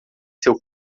seu